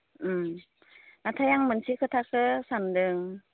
नाथाय आं मोनसे खोथासो सानदों